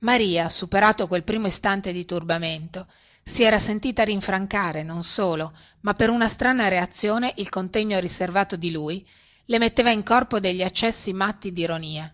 maria superato quel primo istante di turbamento si era sentita rinfrancare non solo ma per una strana reazione il contegno riservato di lui le metteva in corpo degli accessi matti dironia